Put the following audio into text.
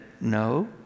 No